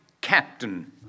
Captain